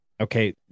okay